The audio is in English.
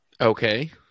Okay